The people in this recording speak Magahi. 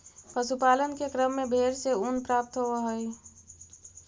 पशुपालन के क्रम में भेंड से ऊन प्राप्त होवऽ हई